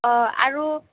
অঁ আৰু